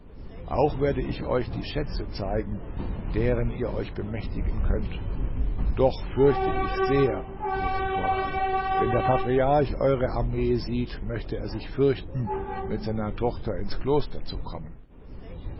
auch werde ich euch die schätze zeigen deren ihr euch bemächtigen könnt doch fürchte ich sehr fuhr sie fort wenn der patriarch eure armee sieht möchte er sich fürchten mit seiner tochter ins kloster zu kommen